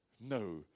No